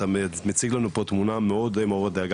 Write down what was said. אתה מציג לנו תמונה מאוד מעוררת דאגה,